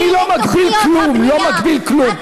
אני לא מגביל כלום, לא מגביל כלום.